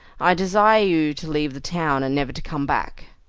i desire you to leave the town, and never to come back.